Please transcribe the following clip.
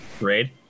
raid